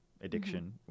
Addiction